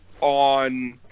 on